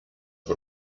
por